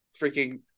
freaking